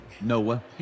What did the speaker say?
Noah